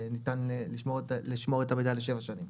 וניתן לשמור את המידע לשבע שנים.